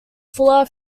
fuller